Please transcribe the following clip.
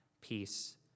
peace